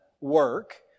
work